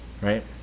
Right